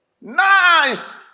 Nice